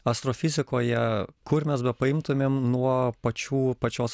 astrofizikoje kur mes bepaimtumėm nuo pačių pačios